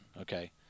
okay